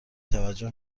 توجه